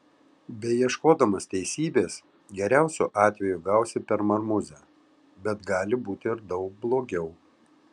beieškodamas teisybės geriausiu atveju gausi per marmuzę bet gali būti ir daug blogiau